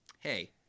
Hey